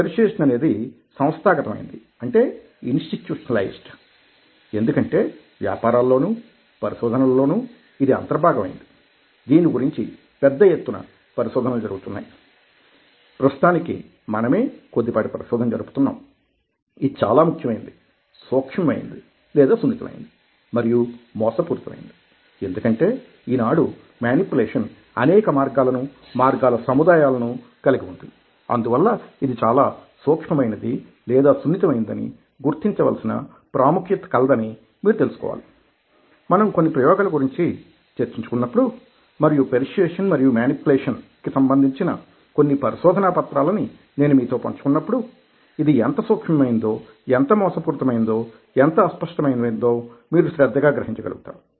persuasion అనేది సంస్థాగతం అయింది అంటే ఇన్స్టిట్యూషనలైజ్డ్ ఎందుకంటే వ్యాపారాల్లోనూ పరిశోధనలలోనూ ఇది అంతర్భాగమైంది దీని గురించి పెద్ద ఎత్తున పరిశోధనలు కొనసాగుతున్నాయి ప్రస్తుతానికి మనమే కొద్దిపాటి పరిశోధన జరుపుతున్నాం ఇది చాలా ముఖ్యమైనది సూక్ష్మమైనది లేదా సున్నితమైనది మరియు మోసపూరితమైనది ఎందుకంటే ఈనాడు మేనిప్యులేషన్ అనేక మార్గాలను మార్గాల సముదాయాలను కలిగి ఉంది అందువలన ఇది చాలా సూక్ష్మ మైనదీ లేదా సున్నితమైనదని గుర్తించవలసిన ప్రాముఖ్యత కలదని మీరు తెలుసుకోవాలి మనం కొన్ని ప్రయోగాల గురించి చర్చించుకున్నప్పుడు మరియు పెర్సుయేసన్ మరియు మేనిప్యులేషన్ లకి సంబంధించిన కొన్ని పరిశోధనాపత్రాలని నేను మీతో పంచుకున్నప్పుడు ఇది ఎంత సూక్ష్మమైనదో ఎంత మోసపూరితమైనదో ఎంత అస్పష్టమైనదో మీరు శ్రద్ధగా గ్రహించగలుగుతారు